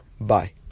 Bye